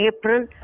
April